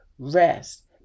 rest